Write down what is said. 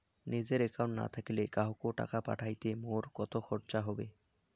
নিজের একাউন্ট না থাকিলে কাহকো টাকা পাঠাইতে মোর কতো খরচা হবে?